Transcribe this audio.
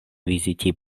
viziti